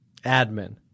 Admin